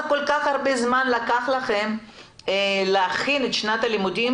כל כך הרבה זמן לקח לכם להכין את שנת הלימודים,